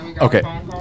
okay